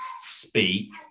speak